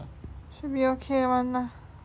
should be ok [one] bah